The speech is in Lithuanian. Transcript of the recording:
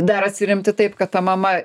dar atsiremti taip kad ta mama